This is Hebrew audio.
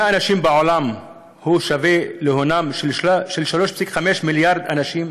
אנשים בעולם שווה להונם של 3.5 מיליארד אנשים?